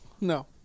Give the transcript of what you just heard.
No